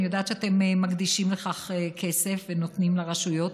אני יודעת שאתם מקדישים לכך כסף ונותנים לרשויות,